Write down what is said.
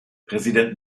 präsident